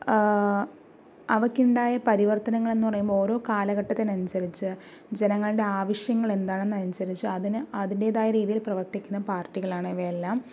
അവയ്ക്കുണ്ടായ പരിവർത്തനങ്ങൾ എന്നുപറയുമ്പോൾ ഓരോ കാലഘട്ടത്തിനനുസരിച്ച് ജനങ്ങളുടെ ആവശ്യങ്ങൾ എന്താണെന്ന് അതിന് അതിൻ്റേതായ രീതിയിൽ പ്രവർത്തിക്കുന്ന പാർട്ടികളാണ് ഇവയെല്ലാം